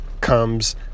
comes